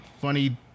funny